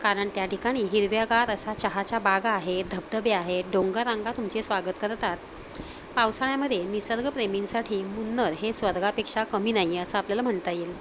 कारण त्या ठिकाणी हिरव्यागार असा चहाच्या बागा आहे धबधबे आहे डोंगररांगा तुमचे स्वागत करतात पावसाळ्यामध्ये निसर्गप्रेमींसाठी मुन्नार हे स्वर्गापेक्षा कमी नाही असं आपल्याला म्हणता येईल